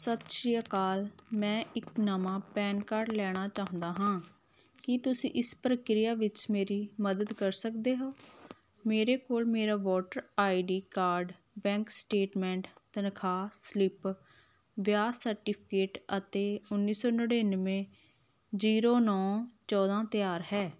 ਸਤਿ ਸ਼੍ਰੀ ਅਕਾਲ ਮੈਂ ਇੱਕ ਨਵਾਂ ਪੈਨ ਕਾਰਡ ਲੈਣਾ ਚਾਹੁੰਦਾ ਹਾਂ ਕੀ ਤੁਸੀਂ ਇਸ ਪ੍ਰਕਿਰਿਆ ਵਿੱਚ ਮੇਰੀ ਮਦਦ ਕਰ ਸਕਦੇ ਹੋ ਮੇਰੇ ਕੋਲ ਮੇਰਾ voter I D card bank statement ਤਨਖਾਹ ਸਲਿੱਪ ਵਿਆਹ ਸਰਟੀਫਿਕੇਟ ਅਤੇ ਉੱਨੀ ਸੌ ਨੜ੍ਹਿਨਵੇਂ ਜ਼ੀਰੋ ਨੌਂ ਚੌਦ੍ਹਾਂ ਤਿਆਰ ਹੈ